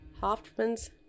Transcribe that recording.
Hoffman's